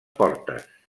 portes